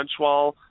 Benchwall